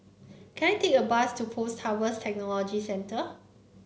can I take a bus to Post Harvest Technology Centre